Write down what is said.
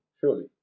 surely